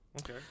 Okay